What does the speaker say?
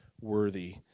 worthy